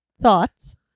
thoughts